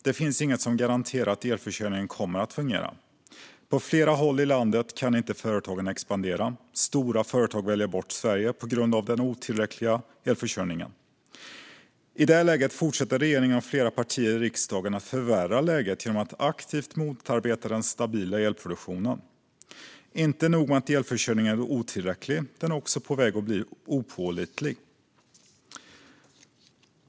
Det finns inget som garanterar att elförsörjningen kommer att fungera. På flera håll i landet kan företagen inte expandera. Stora företag väljer bort Sverige på grund av den otillräckliga elförsörjningen. I det läget fortsätter regeringen och flera partier i riksdagen att förvärra läget genom att aktivt motarbeta den stabila elproduktionen. Inte nog med att elförsörjningen är otillräcklig, den är också på väg att bli opålitlig.